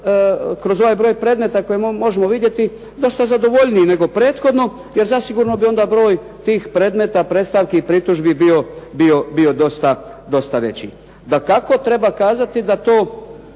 kroz ovaj broj predmeta koji možemo vidjeti dosta zadovoljniji nego prethodno, jer zasigurno bi taj broj predmeta pritužbi i predstavki bio dosta veći. Dakako treba kazati da se